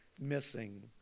missing